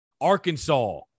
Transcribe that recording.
Arkansas